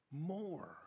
more